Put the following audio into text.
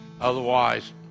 Otherwise